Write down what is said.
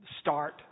start